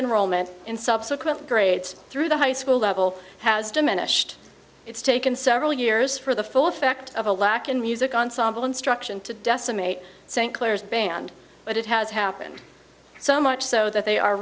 enrollment in subsequent grades through the high school level has diminished it's taken several years for the full effect of a lack in music ensemble instruction to decimate st clair's band but it has happened so much so that they are